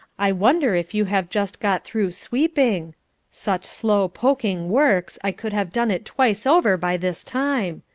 i wonder if you have just got through sweeping such slow poking works, i could have done it twice over by this time.